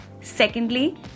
Secondly